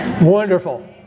wonderful